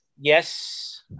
Yes